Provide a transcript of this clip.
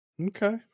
Okay